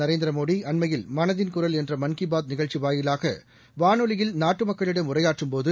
நரேந்திரமோடி அண்மையில் மனதின் குரல் என்ற மன் கீ பாத் நிகழ்ச்சி வாயிலாக வானொலியில் நாட்டு மக்களிடம் உரையாற்றும் போது